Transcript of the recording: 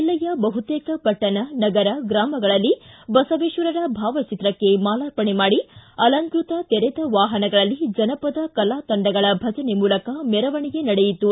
ಜಿಲ್ಲೆಯ ಬಹುತೇಕ ಪಟ್ಟಣ ನಗರ ಗ್ರಾಮಗಳಲ್ಲಿ ಬಸವೇಶ್ವರರ ಭಾವಚಿತ್ರಕ್ಕೆ ಮಾಲಾರ್ಪಣೆ ಮಾಡಿ ಅಲಂಕೃತ ತೆರೆದ ವಾಹನಗಳಲ್ಲಿ ಜನಪದ ಕಲಾ ತಂಡಗಳ ಭಜನೆ ಮೂಲಕ ಮೆರವಣಿಗೆ ನಡೆಯಿತು